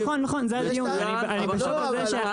מצוין מה שאתה אומר.